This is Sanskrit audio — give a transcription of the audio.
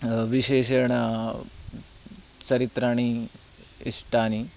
विशेषेण चरित्राणि इष्टानि